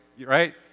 right